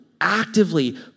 actively